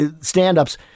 stand-ups